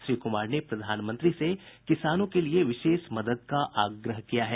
श्री कुमार ने प्रधानमंत्री से किसानों के लिए विशेष मदद का आग्रह किया है